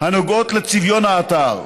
הנוגעות לצביון האתר.